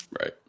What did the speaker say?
Right